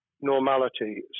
normality